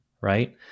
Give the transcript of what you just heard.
right